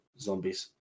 zombies